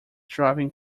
driving